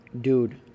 Dude